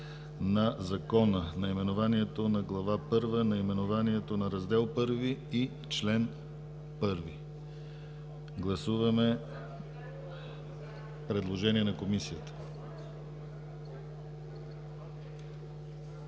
на Закона, наименованието на Глава първа, наименованието на Раздел I и чл. 1. Гласуваме предложение на Комисията